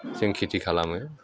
जों खेथि खालामो